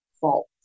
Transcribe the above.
fault